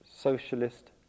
socialist